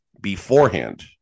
beforehand